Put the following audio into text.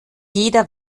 jeder